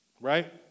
right